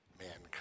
mankind